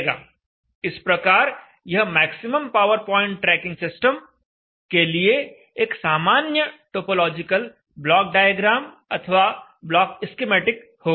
इस प्रकार यह maximum power point tracking system के लिए एक सामान्य टोपोलॉजिकल ब्लॉक डायग्राम अथवा ब्लॉक स्कीमेटिक होगा